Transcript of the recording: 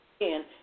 again